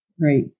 Right